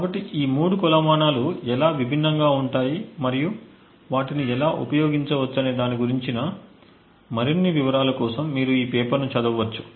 కాబట్టి ఈ మూడు కొలమానాలు ఎలా విభిన్నంగా ఉంటాయి మరియు వాటిని ఎలా ఉపయోగించవచ్చనే దాని గురించిన మరిన్ని వివరాల కోసం మీరు ఈ పేపర్ ను చదువవచ్చు